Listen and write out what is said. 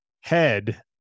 head